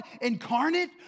incarnate